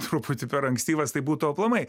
truputį per ankstyvas tai būtų aplamai